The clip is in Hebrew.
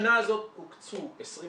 השנה הזאת הוקצו 27